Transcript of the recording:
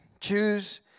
Choose